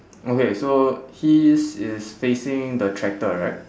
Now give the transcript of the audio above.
okay so he is is facing the tractor right